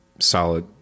solid